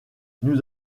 nous